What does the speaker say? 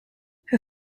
her